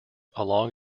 along